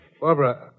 Barbara